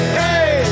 hey